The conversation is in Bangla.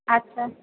আচ্ছা